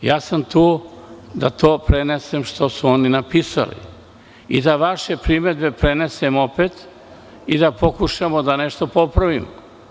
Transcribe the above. Tu sam da prenesem ono što su oni napisali i da vaše primedbe prenesem opet, i da pokušamo nešto da popravimo.